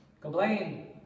Complain